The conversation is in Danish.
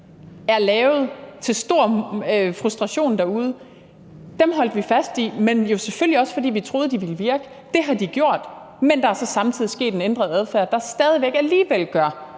er lavet til stor frustration derude. Dem holdt vi fast i, men det var selvfølgelig også, fordi vi troede, de ville virke. Det har de gjort, men der er så samtidig sket en ændret adfærd, der stadig væk alligevel gør,